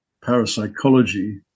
parapsychology